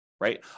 right